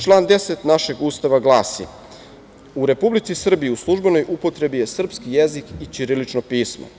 Član 10. našeg Ustava glasi – U Republici Srbiji u službenoj upotrebi je srpski jezik i ćirilično pismo.